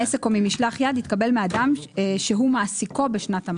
מעסק או ממשלח יד התקבל מאדם שהוא מעסיקו בשנת המס.